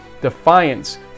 Defiance